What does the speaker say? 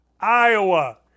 Iowa